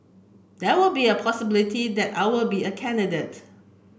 there will be a possibility that I'll be a candidate